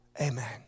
Amen